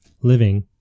living